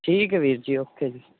ਠੀਕ ਹੈ ਵੀਰ ਜੀ ਓਕੇ ਜੀ